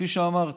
כפי שאמרתי,